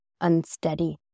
unsteady